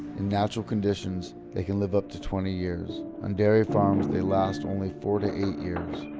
in natural conditions, they can live up to twenty years. on dairy farms they last only four to eight years,